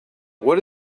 what